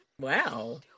Wow